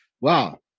Wow